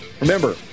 Remember